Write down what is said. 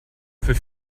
für